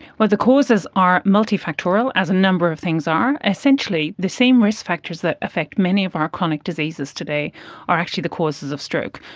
but the causes are multifactorial, as a number of things are. essentially the same risk factors that affect many of our chronic diseases today are actually the causes of stroke.